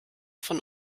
von